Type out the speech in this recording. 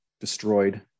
destroyed